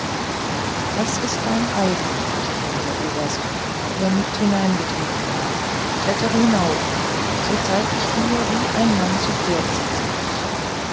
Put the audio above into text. das ist dein eigen sagte der oberst der mit hineingetreten war klettere hinauf so zeig ich dir wie ein mann zu pferde sitzen muß